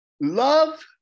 love